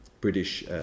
British